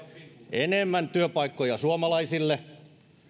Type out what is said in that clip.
enemmän työpaikkoja suomalaisille